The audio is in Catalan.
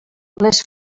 les